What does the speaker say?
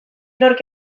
nork